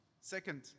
Second